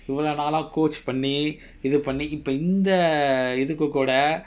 இவ்வளவு நாளா:ivvalavu naalaa coach பண்ணி இது பண்ணி இப்ப இந்த இதுக்கு கூட:panni ithu panni ippa intha ithukku kooda